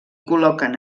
col·loquen